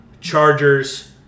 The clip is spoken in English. Chargers –